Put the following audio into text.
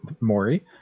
Maury